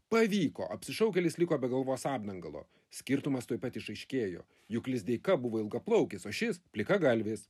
pavyko apsišaukėlis liko be galvos apdangalo skirtumas tuoj pat išaiškėjo juk lizdeika buvo ilgaplaukis o šis plikagalvis